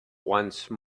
once